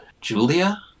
julia